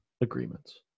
agreements